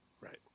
right